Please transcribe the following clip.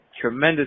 Tremendous